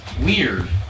weird